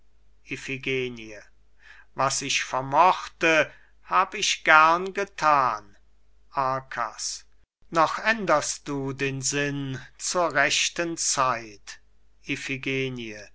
was ich vermochte hab ich gern gethan arkas noch änderst du den sinn zur rechten zeit